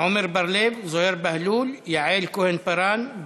עמר בר-לב, זוהיר בהלול, יעל כהן-פארן.